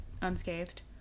unscathed